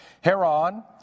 Heron